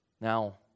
Now